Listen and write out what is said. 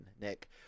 Nick